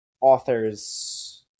authors